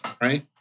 right